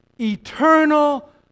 Eternal